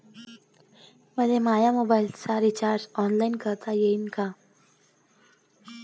मले माया मोबाईलचा रिचार्ज ऑनलाईन करता येईन का?